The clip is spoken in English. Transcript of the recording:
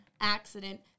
accident